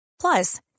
Plus